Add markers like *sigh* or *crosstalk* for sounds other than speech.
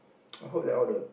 *noise* I hope that all the